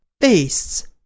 Beasts